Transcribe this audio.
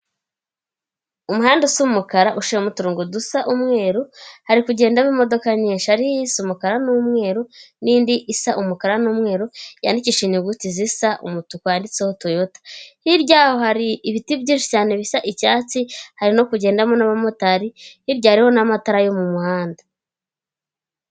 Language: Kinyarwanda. Umuhanda w'umukara uciyemo uturongongo dusa umweru, hari kugendamo imodoka nyinshi ari iyise umukara n'umweru, n'indi isa umukara n'umweru yandikishije inyuguti zisa umutuku yanditseho toyota hiryaho hari ibiti byinshi cyane bisa icyatsi hari no kugendamo n'abamotari hirya harihoho n'amatara yo mu muhanda.